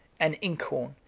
an inkhorn,